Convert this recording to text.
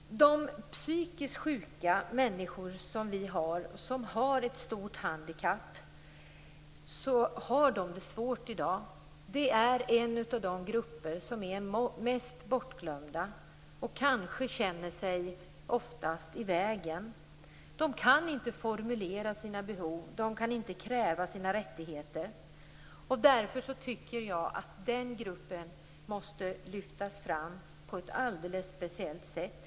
De psykiskt sjuka människorna har ett stort handikapp, och de har det svårt i dag. Detta är en av de mest bortglömda grupperna, och dessa människor kanske är de som oftast känner sig i vägen. De kan inte formulera sina behov eller kräva sina rättigheter, och därför tycker jag att denna grupp måste lyftas fram på ett alldeles speciellt sätt.